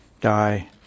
die